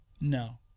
No